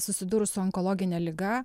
susidūrus su onkologine liga